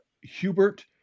Hubert